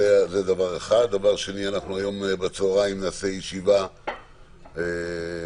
דבר שני, היום בצהריים נקיים ישיבה שבה